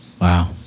Wow